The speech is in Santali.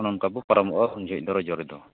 ᱚᱱᱮ ᱚᱱᱠᱟᱵᱚ ᱯᱟᱨᱟᱵᱚᱜᱟ ᱩᱱ ᱡᱚᱦᱚᱜᱫᱚ ᱨᱚᱡᱚᱨᱮᱫᱚ